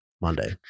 Monday